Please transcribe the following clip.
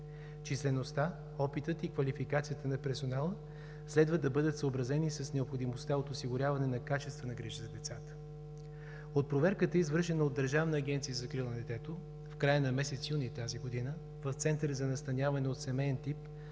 Числеността, опитът и квалификацията на персонала следва да бъдат съобразени с необходимостта от осигуряване на качествена грижа за децата. От проверката, извършена от Държавна агенция за закрила на детето, в края на месец юни тази година в Центъра за настаняване от семеен тип